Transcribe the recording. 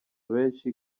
benshi